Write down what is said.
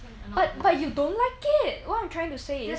but you don't like it that is what I am trying to say